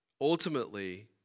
Ultimately